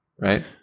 Right